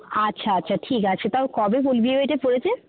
আচ্ছা আচ্ছা ঠিক আছে তাও কবে বিয়েবাড়িটা পড়েছে